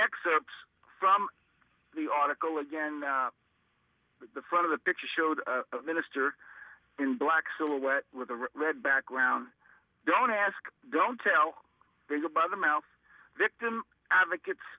excerpts from the article again the front of the picture showed a minister in black silhouette with a red background don't ask don't tell there's a by the mouth victim advocates